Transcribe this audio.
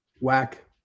Whack